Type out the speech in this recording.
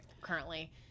currently